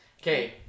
okay